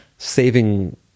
saving